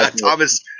Thomas